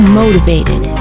motivated